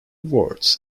words